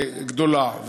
גדולה.